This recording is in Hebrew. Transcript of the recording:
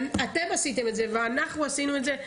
ואתם עשיתם את זה ואנחנו עשינו את זה,